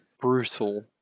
brutal